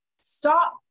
Stop